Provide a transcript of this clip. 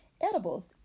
edibles